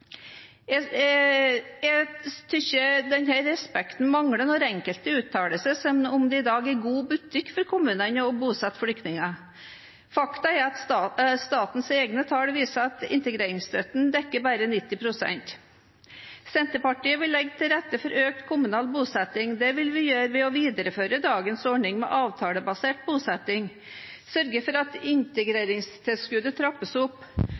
respekten mangler når enkelte uttaler seg som om det i dag er god butikk for kommunene å bosette flyktninger. Fakta er at statens egne tall viser at integreringsstøtten dekker bare 90 pst. Senterpartiet vil legge til rette for økt kommunal bosetting av flyktninger. Det vil vi gjøre ved å videreføre dagens ordning med avtalebasert bosetting, sørge for at integreringstilskuddet trappes opp